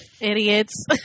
idiots